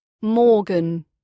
Morgan